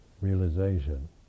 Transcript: realization